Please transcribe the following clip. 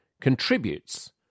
contributes